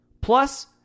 Plus